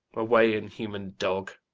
away, inhuman dog,